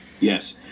Yes